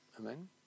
amen